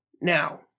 Now